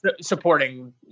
supporting